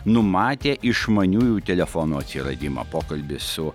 numatė išmaniųjų telefonų atsiradimą pokalbis su